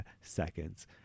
seconds